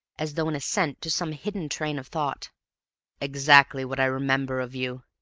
as though in assent to some hidden train of thought exactly what i remember of you,